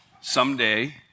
someday